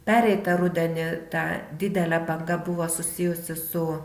pereitą rudenį ta didelė banga buvo susijusi su